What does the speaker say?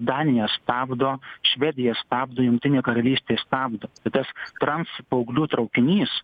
danija stabdo švedija stabdo jungtinė karalystė stabdo tai tas transpauglių traukinys